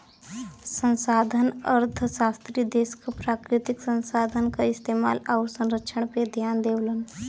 संसाधन अर्थशास्त्री देश क प्राकृतिक संसाधन क इस्तेमाल आउर संरक्षण पे ध्यान देवलन